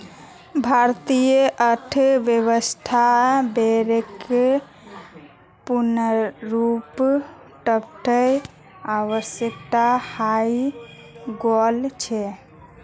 भारतीय अर्थव्यवस्थात बैंकेर पुनरुत्थान आवश्यक हइ गेल छ